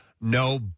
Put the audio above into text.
No